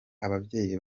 ababyeyi